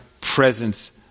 presence